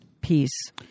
peace